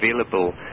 available